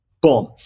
Boom